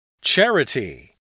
Charity